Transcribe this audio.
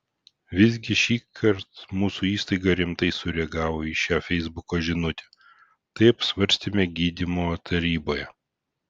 visgi šįkart mūsų įstaiga rimtai sureagavo į šią feisbuko žinutę tai apsvarstėme gydymo taryboje